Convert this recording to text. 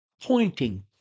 pointing